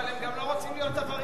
אבל הם גם לא רוצים להיות עבריינים.